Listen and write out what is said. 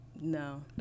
No